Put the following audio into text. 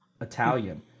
Italian